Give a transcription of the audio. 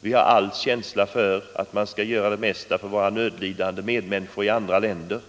Vi har all känsla för att vi skall göra det mesta möjliga för att hjälpa våra nödlidande medmänniskor i andra länder.